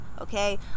Okay